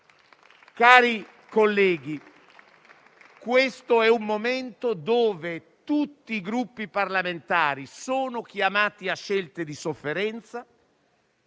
Cari colleghi, questo è un momento in cui tutti i Gruppi parlamentari sono chiamati a scelte di sofferenza;